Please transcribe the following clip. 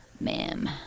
ma'am